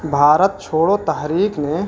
بھارت چھوڑوں تحریک نے